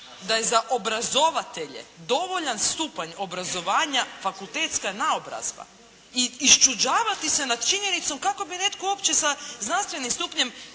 da je za obrazovatelje dovoljan stupanj obrazovanja fakultetska naobrazba i iščuđavati se nad činjenicom kako bi netko uopće sa znanstvenim stupnjem